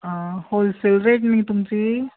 आं wholesale rate न्हय तुमची